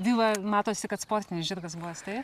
viva matosi kad sportinis žirgas buvęs taip